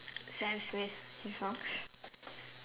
sam smith his songs